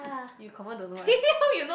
you confirm don't know [one]